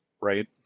right